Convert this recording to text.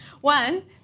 One